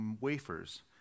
wafers